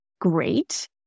Great